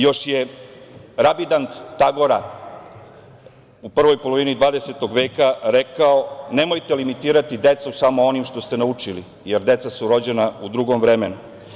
Još je Rabindranat Tagora u prvoj polovini 20. veka rekao – nemojte limitirati decu samo onim što ste naučili, jer deca su rođena u drugom vremenu.